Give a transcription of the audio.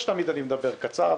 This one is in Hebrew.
אתה יודע שתמיד אני מדבר קצר,